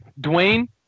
Dwayne